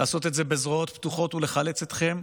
לעשות את זה בזרועות פתוחות ולחלץ אתכם.